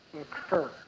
occur